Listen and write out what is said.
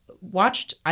watched